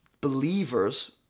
believers